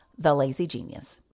TheLazyGenius